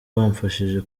bamfashije